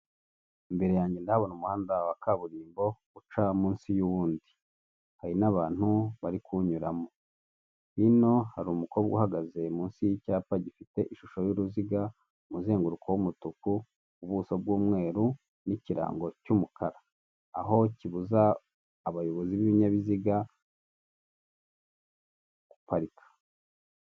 Imbere yanjye ndahabona umuhanda wa kaburimbo uca munsi y'uwundi, hari n'abantu bari kuwunyuramo. Hino hari umukobwa uhagaze munsi y'icyapa gifite ishusho y'uruziga, umuzenguruko w'umutuku, ubuso bw'umweru n'ikirango cy'umukara, aho kibuza abayobozi b'ibinyabiziga guparika.